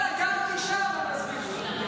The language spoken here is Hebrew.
אבל גרתי שם, אני מסביר לך.